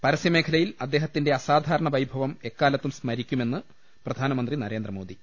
പരസൃമേഖലയിൽ അദ്ദേഹത്തിന്റെ അസാധാരണ വൈഭവം എക്കാലത്തും സ്മരിക്കു മെന്ന് പ്രധാനമന്ത്രി നരേന്ദ്രമോദി